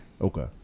Okay